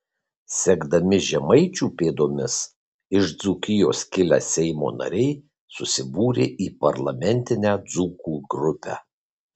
sekdami žemaičių pėdomis iš dzūkijos kilę seimo nariai susibūrė į parlamentinę dzūkų grupę